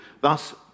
thus